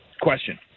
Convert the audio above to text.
question